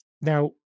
Now